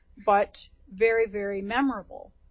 but, very, very memorable,